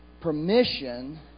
permission